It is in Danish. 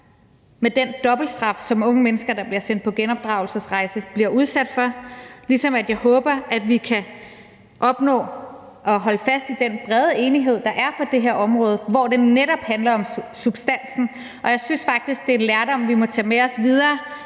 med den dobbeltstraf, som unge mennesker, der bliver sendt på genopdragelsesrejse, bliver udsat for, ligesom jeg håber, at vi kan opnå at holde fast i den brede enighed, der er på det her område, hvor det netop handler om substansen. Og jeg synes faktisk, at det er lærdom, vi må tage med os videre,